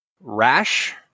rash